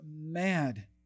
mad